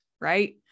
right